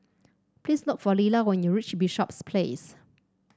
please look for Lilla when you reach Bishops Place